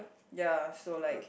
ya so like